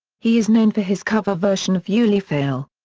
he is known for his cover version of ulufale.